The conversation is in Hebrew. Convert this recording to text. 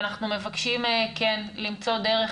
ואנחנו מבקשים למצוא דרך